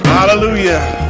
Hallelujah